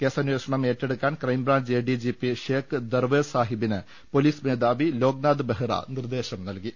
കേസന്വേഷണം ഏറ്റെടുക്കാൻ crime branch ADGP Sheikh Darvesh സാഹിബിന് police മേധാവി ലോക്നാഥ് ബെഹ്റ നിർദേശം നൽകി